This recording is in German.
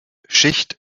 schicht